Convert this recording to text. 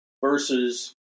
versus